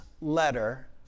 letter